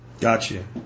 Gotcha